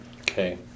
Okay